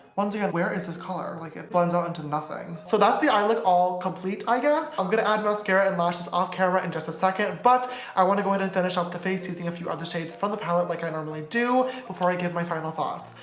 once again where is this color? like it blends out into nothing! so that's the eye look all complete i guess? i'm gonna add mascara and lashes off-camera in just a second but i want to go ahead and finish off the face using a few other shades from the palette like i normally do before i give my final thoughts.